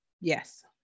Yes